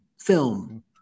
film